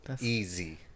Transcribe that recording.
Easy